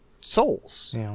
souls